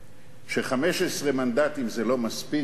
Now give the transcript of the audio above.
ש-15 מנדטים זה לא מספיק,